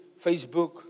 Facebook